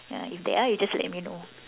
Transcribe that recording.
uh if there are you just let me know